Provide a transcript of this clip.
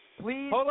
please